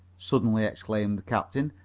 suddenly exclaimed the captain,